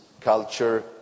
culture